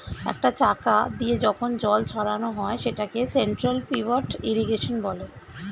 একটা চাকা দিয়ে যখন জল ছড়ানো হয় সেটাকে সেন্ট্রাল পিভট ইর্রিগেশনে